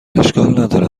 ندارد